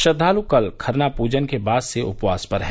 श्रद्वालु कल खरना पूजन के बाद से उपवास पर हैं